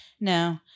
No